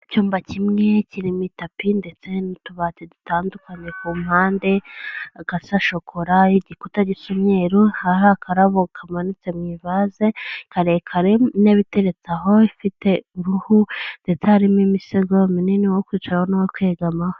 Icyumba kimwe kirimo itapi ndetse n'utubati dutandukanye ku mpande, agasa shokora, igikuta gisa umweru, hari akarabo kamanitse mu ivaze karekare, intebe iteretse aho ifite uruhu ndetse harimo imisego minini, uwo kwica n'uwo kwegamaho.